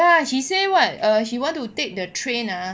ya she say what err he want to take the train ah